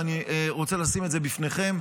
ואני רוצה לשים את זה בפניכם.